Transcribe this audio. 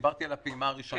דיברתי על הפעימה הראשונה.